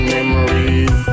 Memories